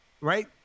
right